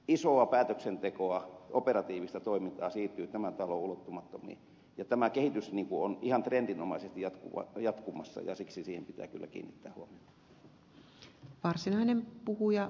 isoa päätöksentekoa operatiivista toimintaa siirtyy tämän talon ulottumattomiin ja tämä kehitys on ihan trendinomaisesti jatkumassa ja siksi siihen pitää kyllä kiinnittää huomiota